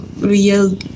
Real